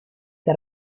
que